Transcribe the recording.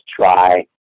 try